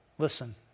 Listen